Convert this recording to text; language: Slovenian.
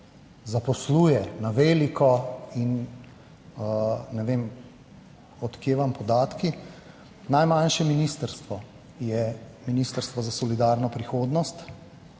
zaposluje na veliko in ne vem od kje vam podatki. Najmanjše ministrstvo je Ministrstvo za solidarno prihodnost.